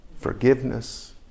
Forgiveness